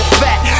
fat